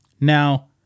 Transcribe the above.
Now